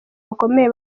rukomeye